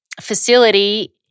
facility